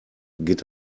geht